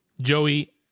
Joey